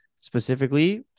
Specifically